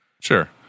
Sure